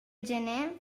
gener